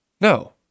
No